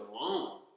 alone-